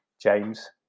James